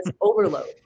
overload